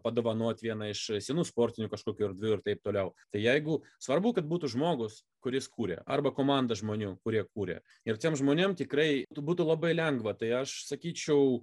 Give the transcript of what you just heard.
padovanoti vieną iš senų sportinių kažkokių erdvių ir taip toliau tai jeigu svarbu kad būtų žmogus kuris kuria arba komanda žmonių kurie kuria ir tiems žmonėm tikrai būtų labai lengva tai aš sakyčiau